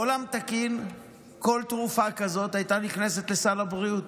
בעולם תקין כל תרופה כזאת הייתה נכנסת לסל הבריאות,